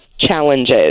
challenges